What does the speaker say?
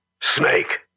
Snake